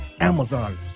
Amazon